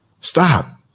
stop